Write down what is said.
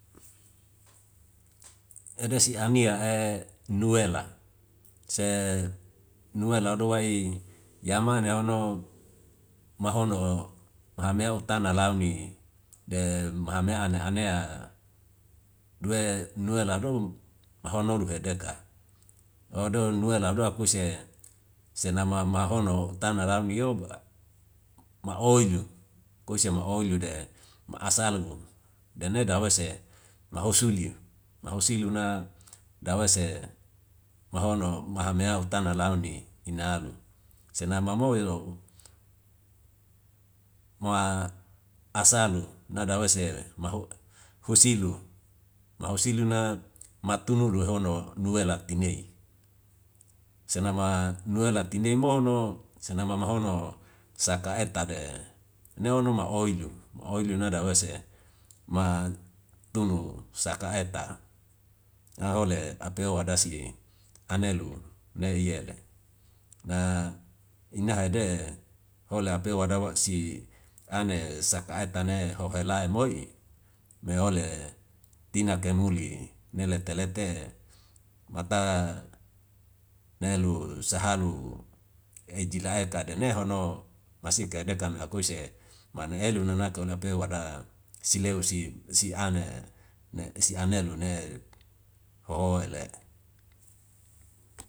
Edese amia nu ela la do wai yamane hono mahono mahame utana launi de mahame ane anea due nu ela do maho nolu he deka. Odo nu ela ado akuise senama mahono tana rauni yoba ma oilu, koise ma oilu de ma asalu dene da oise maho sulyu, mahu siluna da ose mahono maha mea utana launi ina alu. Senama momoi lo'u mo asalu nada ose mahu husilu,. mahu silu na matunu le hono nu ela tinei. Senama nu ela tinei mo no senama mahono saka eta de ni ono ma oilu, ma oilu na dawese ma tolu saka eta na hole apeo adasi'e anelu ne'i yele. Na ina hede hola apeu ada wa si ane saka etane ho hela moi me ole tina kemuli ne lete lete mata nelu sahalu eji la eka dane hono masike dekan akuise manu elu nanake ola peu ada sileusi si ane si anelu ne hohoe le.